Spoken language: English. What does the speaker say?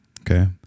Okay